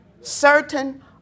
certain